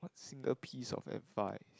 single piece of advice